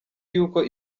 y’uko